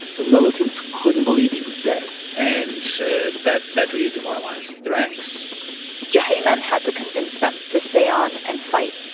the militants couldn't believe he was dead and that that really demoralized the ranks juhayman had to convince them to stay on and fight.